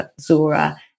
Zora